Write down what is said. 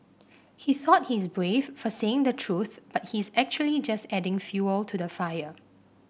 he thought he's brave for saying the truth but he's actually just adding fuel to the fire